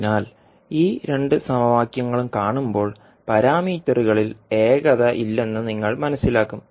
അതിനാൽ ഈ രണ്ട് സമവാക്യങ്ങളും കാണുമ്പോൾ പാരാമീറ്ററുകളിൽ ഏകതയില്ലെന്ന് നിങ്ങൾ മനസ്സിലാക്കും